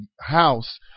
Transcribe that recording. House